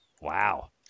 Wow